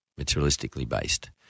materialistically-based